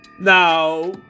Now